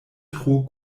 tro